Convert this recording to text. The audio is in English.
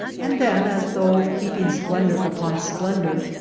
and then, as though heaping splendor upon splendor,